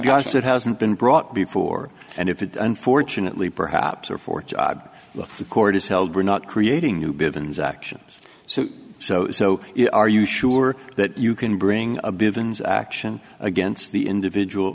that hasn't been brought before and if it unfortunately perhaps or for job the court is held we're not creating new buildings actions so so so are you sure that you can bring a bit of ins action against the individual